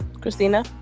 Christina